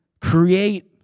Create